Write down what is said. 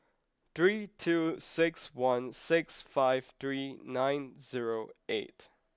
three two six one six five three nine zero eight